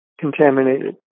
contaminated